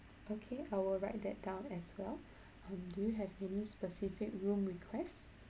okay I will write that down as well um do you have any specific room requests